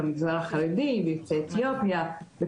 במגזר החרדי ויוצאי אתיופיה.